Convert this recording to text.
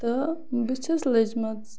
تہٕ بہٕ چھَس لٔجمٕژ